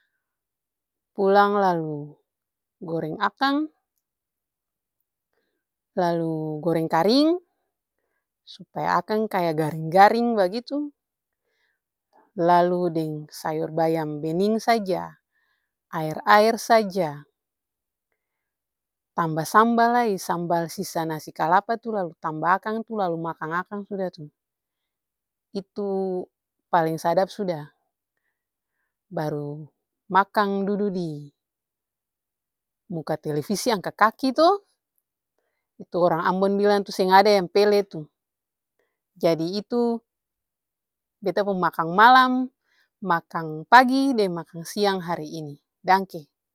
Pulang lalu goreng akang, lalu goreng karing supaya akang kaya garing-garing bagitu lalu deng sayor bayam bening saja aer-aer saja tamba sambal lai, sambal sisa nasi kalapa tuh lalu tamba akang tuh lalu makang akang suda tuh. Itu paleng sadap suda, baru makang dudu dimuka televisi angka kaki to, itu orang ambon bilang seng ada yang pele tuh. Jadi itu beta pung makang malam, makang pagi, deng makang siang hari ini dangke.